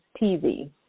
TV